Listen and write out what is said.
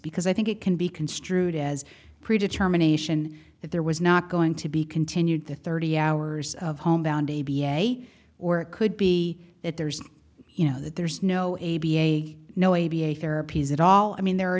because i think it can be construed as pre determination that there was not going to be continued the thirty hours of homebound a b a or it could be that there's you know that there's no a b a no a b a therapies at all i mean there are